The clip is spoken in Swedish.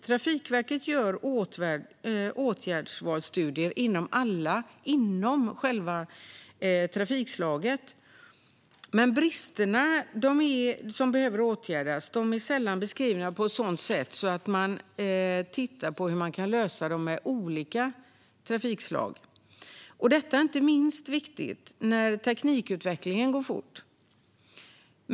Trafikverket gör åtgärdsvalsstudier inom alla trafikslag, men de brister som behöver åtgärdas är sällan beskrivna utifrån hur de kan lösas med olika trafikslag. Detta är inte minst viktigt när teknikutvecklingen går fort.